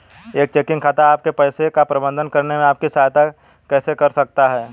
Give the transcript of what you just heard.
एक चेकिंग खाता आपके पैसे का प्रबंधन करने में आपकी सहायता कैसे कर सकता है?